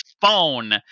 phone